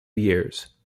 years